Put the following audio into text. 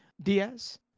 Diaz